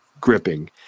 gripping